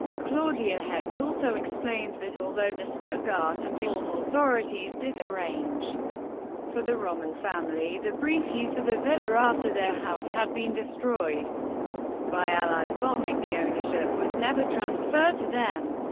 claudia hecht also explains that although the stuttgart and ulm authorities did arrange for the rommel family the brief use of a villa after their house had been destroyed by allied bombing, the ownership was never transferred to them.